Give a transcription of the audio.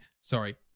sorry